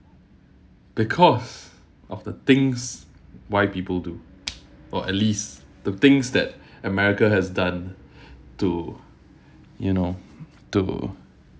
because of the things why people do or at least the things that america has done to you know to